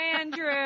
Andrew